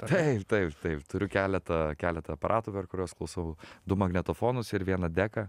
taip taip taip turiu keletą keletą aparatų per kuriuos klausau du magnetofonus ir vieną deką